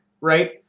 right